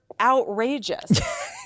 outrageous